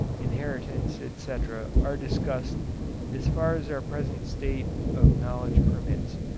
inheritance, etc, are discussed as far as our present state of knowledge permits.